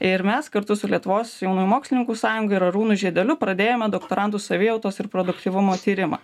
ir mes kartu su lietuvos jaunųjų mokslininkų sąjunga ir arūnu žiedeliu pradėjome doktorantų savijautos ir produktyvumo tyrimą